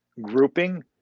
grouping